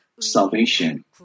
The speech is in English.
salvation